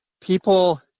people